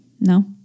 No